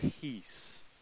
peace